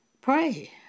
Pray